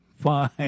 Fine